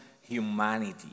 humanity